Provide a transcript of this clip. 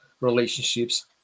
relationships